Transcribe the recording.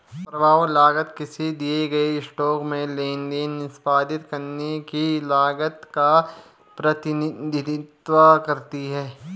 प्रभाव लागत किसी दिए गए स्टॉक में लेनदेन निष्पादित करने की लागत का प्रतिनिधित्व करती है